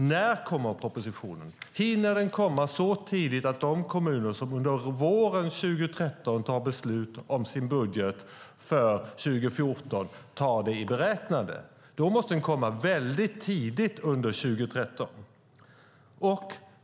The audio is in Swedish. När kommer propositionen? Hinner den komma så tidigt att de kommuner som under våren 2013 fattar beslut om sin budget för 2014 tar med det i beräkningen? Då måste den komma väldigt tidigt under 2013.